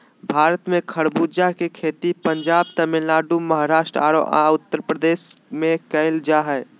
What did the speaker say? भारत में खरबूजा के खेती पंजाब, तमिलनाडु, महाराष्ट्र आरो उत्तरप्रदेश में कैल जा हई